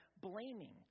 Blaming